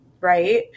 right